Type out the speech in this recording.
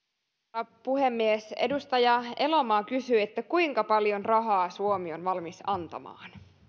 arvoisa herra puhemies edustaja elomaa kysyi kuinka paljon rahaa suomi on valmis antamaan